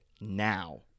now